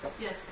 Yes